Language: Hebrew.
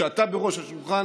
כשאתה בראש השולחן